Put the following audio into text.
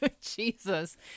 Jesus